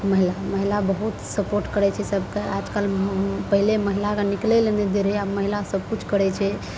महिला महिला बहुत सर्पोट करय छै सबके आजकल उँ पहिले महिलाके निकलय लए नहि दै रहय आब महिला सबकिछु करय छै